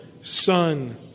Son